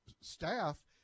staff